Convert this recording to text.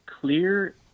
clear